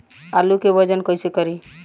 आलू के वजन कैसे करी?